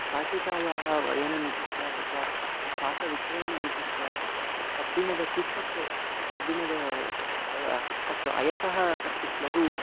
शाटिकायाः वयनमिति स्यात् अथवा शाकविक्रयणमिति स्यात् कब्बिणद किट्टक्के कब्बिणद अस्तु अयसः कश्चित् लघुः